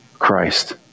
Christ